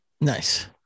nice